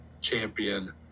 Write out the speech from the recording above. champion